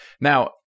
Now